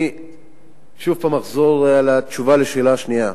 אני אחזור על התשובה על השאלה השנייה: